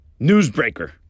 Newsbreaker